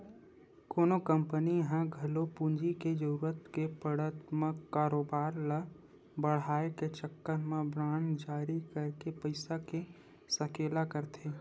कोनो कंपनी ह घलो पूंजी के जरुरत के पड़त म कारोबार ल बड़हाय के चक्कर म बांड जारी करके पइसा के सकेला करथे